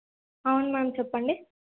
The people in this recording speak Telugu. అవును మ్యామ్ చెప్పండి